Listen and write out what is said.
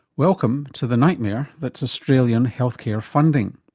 welcome to the nightmare that's australian healthcare funding.